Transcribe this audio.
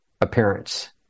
appearance